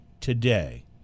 today